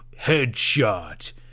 headshot